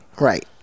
Right